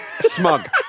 Smug